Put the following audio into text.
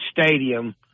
stadium